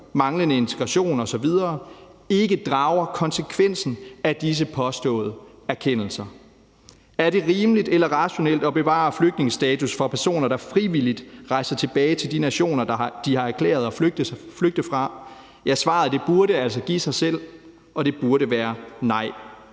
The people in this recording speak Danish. manglende integration osv., ikke drager konsekvensen at disse påståede erkendelser. Er det rimeligt eller rationelt at bevare flygtningestatus for personer, der frivilligt rejser tilbage til de nationer, de har erklæret at flygte fra? Svaret burde altså give sig selv, og det burde være nej.